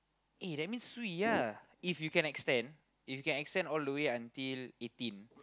eh that means swee ya if you can extend if you can extend all the way until eighteen